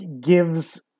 gives